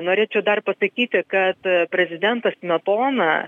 norėčiau dar pasakyti kad prezidentas smetona